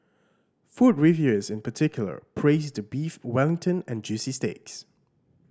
food reviewers in particular praised the Beef Wellington and juicy steaks